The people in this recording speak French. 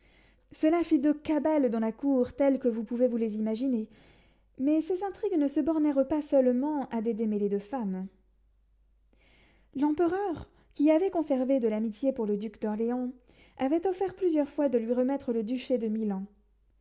cela fit deux cabales dans la cour telles que vous pouvez vous les imaginer mais ces intrigues ne se bornèrent pas seulement à des démêlés de femmes l'empereur qui avait conservé de l'amitié pour le duc d'orléans avait offert plusieurs fois de lui remettre le duché de milan